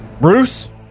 Bruce